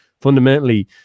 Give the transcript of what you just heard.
fundamentally